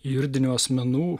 juridinių asmenų